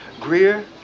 Greer